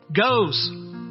Goes